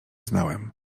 znałem